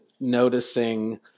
noticing